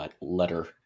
letter